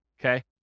okay